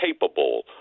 capable